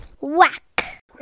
Whack